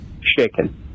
shaken